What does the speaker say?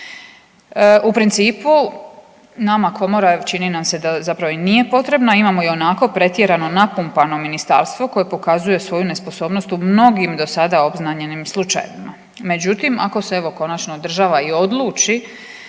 U principu nama komora čini nam se da zapravo i nije potrebna imamo ionako pretjerano napumpamo ministarstvo koje pokazuje svoju nesposobnost u mnogim do sada obznanjenim slučajevima. Međutim, ako se evo konačno država i odluči